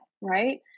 right